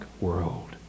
world